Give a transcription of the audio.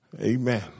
Amen